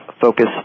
focus